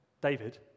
David